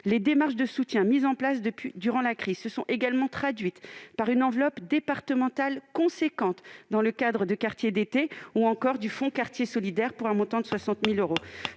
Les démarches de soutien mises en place durant la crise se sont également traduites par une enveloppe départementale importante dans le cadre de Quartiers d'été ou encore du fonds Quartiers solidaires, pour un montant de 60 000 euros.